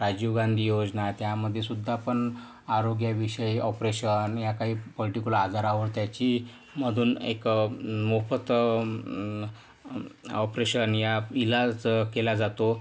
राजीव गांधी योजना आहे त्यामध्ये सुद्धा पण आरोग्याविषयी ऑपरेशन या काही पर्टिक्युल आजारावर त्याची मधून एक मोफत ऑपरेशन या इलाज केला जातो